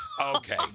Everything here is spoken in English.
Okay